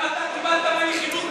גם אתה קיבלת ממני חיבוק,